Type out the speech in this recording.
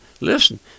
listen